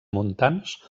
montans